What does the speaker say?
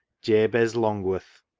jabez longworth.